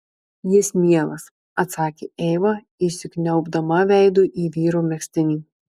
jis mielas atsakė eiva įsikniaubdama veidu į vyro megztinį